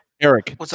Eric